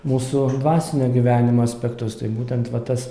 mūsų dvasinio gyvenimo aspektus tai būtent va tas